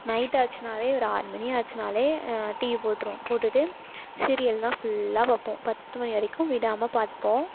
night ஆச்சுனாலே ஒரு ஆறு மணி ஆச்சுனாலே டிவி போட்டிருவோம் போட்டுவிட்டு சீரியல் எல்லாம் ஃபுல்லாக பார்ப்போம் பத்து மணி வரைக்கும் விடாமல் பார்ப்போம்